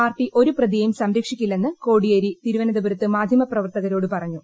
party ഒരു പ്രതിയേയും സംരക്ഷിക്കില്ലെന്ന് കോടിയേരി തിരുവനന്തപുരത്ത് മാധ്യമ പ്രവർത്തകരോട് പറഞ്ഞു